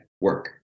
work